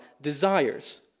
desires